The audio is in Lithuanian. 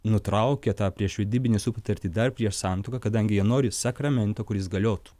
nutraukė tą priešvedybinę sutartį dar prieš santuoką kadangi jie nori sakramento kuris galiotų